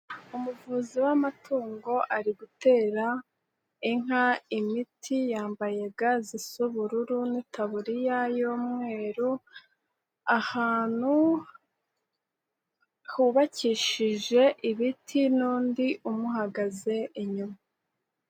Umuvuzi w'amatungo ari gutera inka imiti yambaye ga zisa ubururu n'itaburiya y'umweru ,ahantu hubakishije ibiti n'undi umuhagaze inyuma.